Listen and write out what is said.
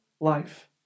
life